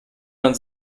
man